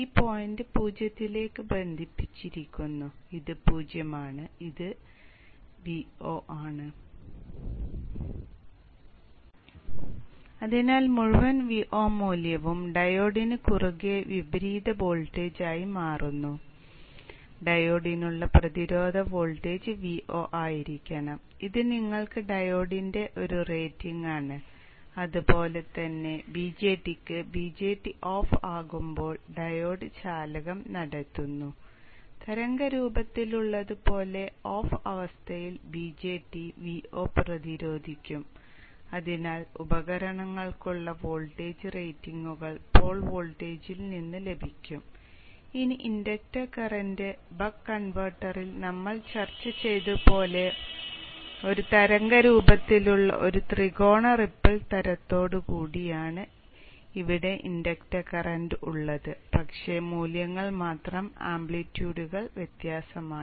ഈ പോയിന്റ് 0 ലേക്ക് ബന്ധിപ്പിച്ചിരിക്കുന്നു ഇത് 0 ആണ് ഇത് Vo ആണ് അതിനാൽ മുഴുവൻ Vo മൂല്യവും ഡയോഡിന് കുറുകെ വിപരീത വോൾട്ടേജായി വരുന്നു ഡയോഡിനുള്ള പ്രതിരോധ വോൾട്ടേജ് നമ്മൾ ചർച്ച ചെയ്തതുപോലെ ഒരു തരംഗ രൂപത്തിലുള്ള ഒരു ത്രികോണ റിപ്പിൾ തരത്തോടുകൂടിയാണ് ഇവിടെ ഇൻഡക്ടർ കറന്റ് ഉള്ളത് പക്ഷേ മൂല്യങ്ങൾ മാത്രം ആംപ്ലിറ്റ്യൂഡുകൾ വ്യത്യാസമാണ്